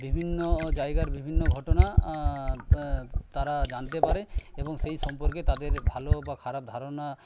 বিভিন্ন জায়গার বিভিন্ন ঘটনা তারা জানতে পারে এবং সেই সম্পর্কে তাদের ভালো বা খারাপ ধারণা